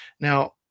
now